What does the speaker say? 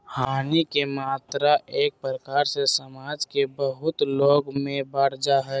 हानि के मात्रा एक प्रकार से समाज के बहुत लोग में बंट जा हइ